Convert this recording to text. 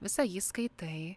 visą jį skaitai